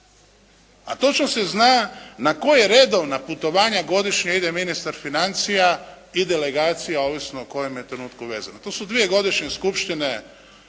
A točno se zna na koja redovna putovanja godišnje ide ministar financija i delegacija ovisno o kojem je trenutku vezana. To su dvije godišnje skupštine